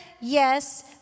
Yes